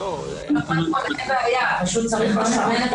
אין שום בעיה.